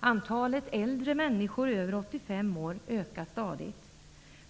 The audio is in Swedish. Antalet äldre människor över 85 år ökar stadigt.